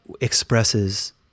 expresses